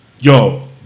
yo